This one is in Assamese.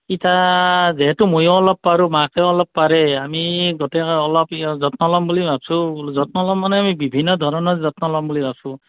এতিয়া যিহেতু মইও অলপ পাৰোঁ মাকেও অলপ পাৰে আমি গোটেই অলপ যত্ন ল'ম বুলি ভাবিছোঁ বোলো যত্ন ল'ম মানে আমি বিভিন্ন ধৰণৰ যত্ন ল'ম বুলি ভাবিছোঁ